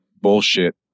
bullshit